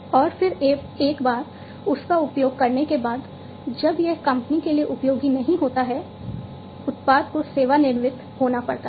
और फिर एक बार इसका उपयोग करने के बाद जब यह कंपनी के लिए उपयोगी नहीं होता है उत्पाद को सेवानिवृत्त होना पड़ता है